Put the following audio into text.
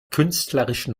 künstlerischen